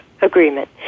agreement